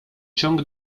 ciąg